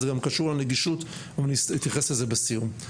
זה גם קשור לנגישות ואתייחס לזה בסיום.